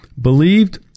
believed